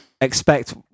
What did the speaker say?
expect